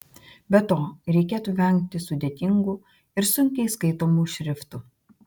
be to reikėtų vengti sudėtingų ir sunkiai skaitomų šriftų